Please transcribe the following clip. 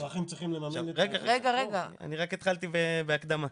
אני רק התחלתי בהקדמה.